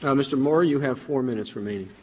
and mr. maurer, you have four minutes remaining.